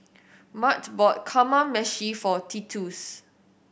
Mart bought Kamameshi for Titus